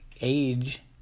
age